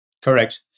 Correct